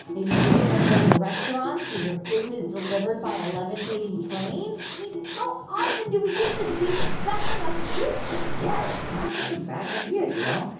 maybe visit one of those restaurants where your food is delivered by a levitating train. i mean, how often do we get to be stuck in the future? yeah, that's not such a bad idea, you know?